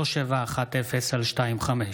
ברשות יושב-ראש הכנסת,